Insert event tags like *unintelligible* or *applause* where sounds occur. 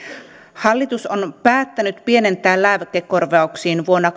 hallitus on päättänyt pienentää lääkekorvauksiin vuonna *unintelligible*